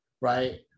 right